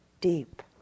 deep